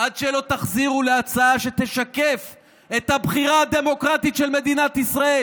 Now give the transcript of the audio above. עד שלא תחזירו להצעה שתשקף את הבחירה הדמוקרטית של מדינת ישראל,